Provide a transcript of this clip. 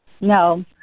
no